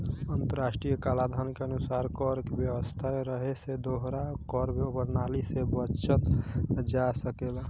अंतर्राष्ट्रीय कलाधन के अनुसार कर व्यवस्था रहे से दोहरा कर प्रणाली से बचल जा सकेला